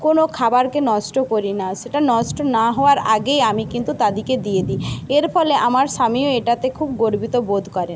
কোনো খাবারকে নষ্ট করি না সেটা নষ্ট না হওয়ার আগেই আমি কিন্তু তাদেরকে দিয়ে দিই এর ফলে আমার স্বামীও এটাতে খুব গর্বিত বোধ করে